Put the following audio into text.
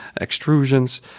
extrusions